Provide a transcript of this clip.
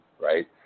Right